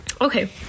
Okay